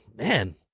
man